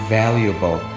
valuable